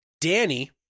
danny